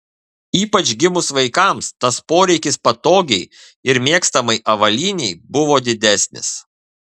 ypač gimus vaikams tas poreikis patogiai ir mėgstamai avalynei buvo didesnis